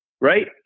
right